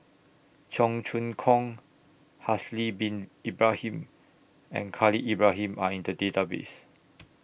Cheong Choong Kong Haslir Bin Ibrahim and Khalil Ibrahim Are in The Database